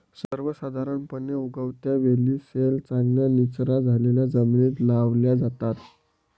सर्वसाधारणपणे, उगवत्या वेली सैल, चांगल्या निचरा झालेल्या जमिनीत लावल्या जातात